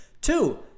two